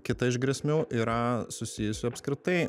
kita iš grėsmių yra susijusi apskritai